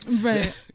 Right